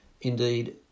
Indeed